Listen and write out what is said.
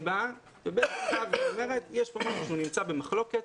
ההסדרה באה ואומרת שיש כאן משהו שנמצא במחלוקת,